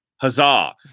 huzzah